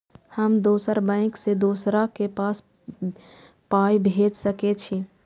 हम दोसर बैंक से दोसरा के पाय भेज सके छी?